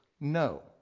No